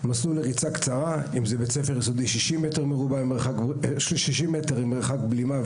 מסלול ריצה קצרה: בבית ספר יסודי 60 מ"ר עם מרחק בלימה,